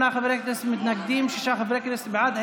58 חברי כנסת מתנגדים, שישה חברי כנסת בעד.